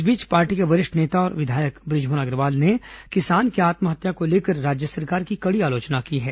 इस बीच पार्टी के वरिष्ठ नेता और विधायक बृजमोहन अग्रवाल ने किसान की आत्महत्या को लेकर राज्य सरकार की कड़ी आलोचना की है